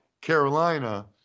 Carolina